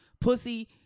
pussy